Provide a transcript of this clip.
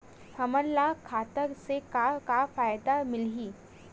हमन ला खाता से का का फ़ायदा मिलही?